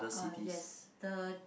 uh yes the